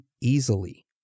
easily